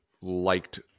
liked